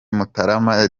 mutarama